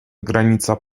granica